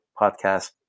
podcast